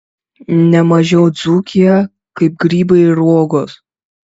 ne mažiau dzūkiją kaip grybai ir uogos